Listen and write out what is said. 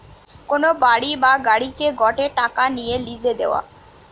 কোন বাড়ি বা গাড়িকে গটে টাকা নিয়ে লিসে দেওয়া